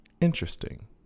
Interesting